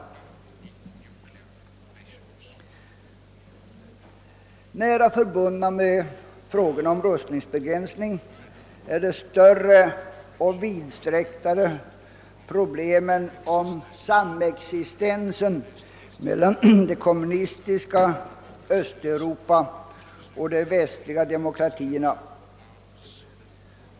Nära förbundna med frågorna om rustningsbegränsning är de större och vidare problemen om samexistensen mellan det kommunistiska Östeuropa och de västliga demokratierna.